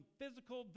physical